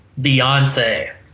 Beyonce